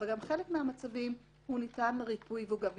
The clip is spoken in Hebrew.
אבל בחלק מהמצבים הוא ניתן לריפוי והוא גם מתרפא.